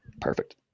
perfect